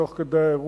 תוך כדי האירוע,